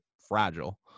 fragile